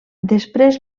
després